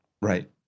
right